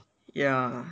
ya